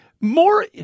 more